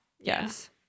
Yes